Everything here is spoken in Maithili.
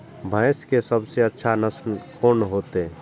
भैंस के सबसे अच्छा नस्ल कोन होते?